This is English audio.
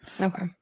Okay